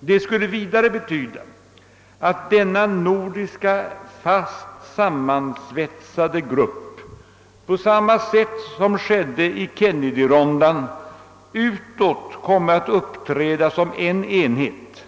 Det skulle vidare betyda att denna nordiska fast sammansvetsade grupp, på samma sätt som skedde i Kennedyronden, utåt kommer att uppträda som en enhet